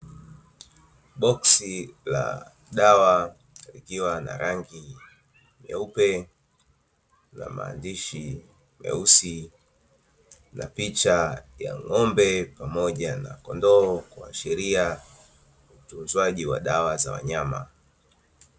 Boksi la dawa likiwa na rangi nyeupe na maandishi meusi, na picha ya ng’ombe pamoja na kondoo, kuashiria uuzaji wa dawa za wanyama.